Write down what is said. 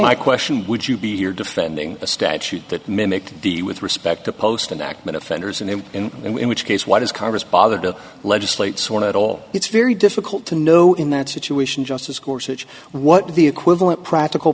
my question would you be here defending a statute that mimicked the with respect to post and act when offenders and in and in which case why does congress bother to legislate sorn at all it's very difficult to know in that situation justice course which what the equivalent practical